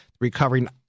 recovering